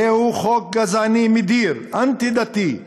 זהו חוק גזעני, מדיר, אנטי-דתי.